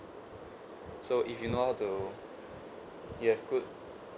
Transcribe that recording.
so if you know how to you have good